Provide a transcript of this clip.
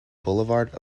boulevard